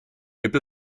gibt